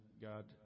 God